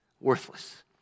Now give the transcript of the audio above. worthless